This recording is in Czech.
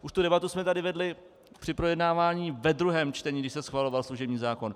Už jsme tu debatu tady vedli při projednávání ve druhém čtení, když se schvaloval služební zákon.